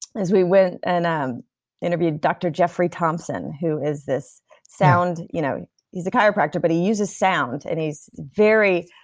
is we went and um interviewed dr. jeffrey thompson who is this sound. you know he's a chiropractor, but he users sound and he's very.